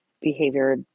behavior